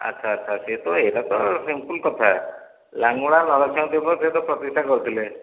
ଆଚ୍ଛା ଆଚ୍ଛା ଏ ତ ଏଇଟା ତ ସିମ୍ପୁଲ୍ କଥା ଲାଙ୍ଗୁଳା ନରସିଂହଦେବ ସେ ତ ପ୍ରତିଷ୍ଠା କରିଥିଲେ